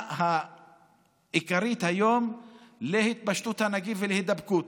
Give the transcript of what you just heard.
העיקרית היום להתפשטות הנגיף ולהידבקות.